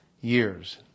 years